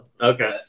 Okay